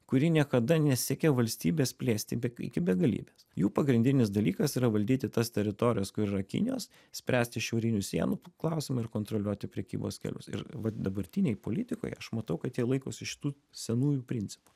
kuri niekada nesiekė valstybės plėsti be iki begalybės jų pagrindinis dalykas yra valdyti tas teritorijas kur yra kinijos spręsti šiaurinių sienų klausimą ir kontroliuoti prekybos kelius ir vat dabartinėj politikoje aš matau kad jie laikosi šitų senųjų principų